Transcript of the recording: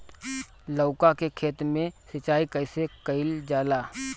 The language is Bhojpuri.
लउका के खेत मे सिचाई कईसे कइल जाला?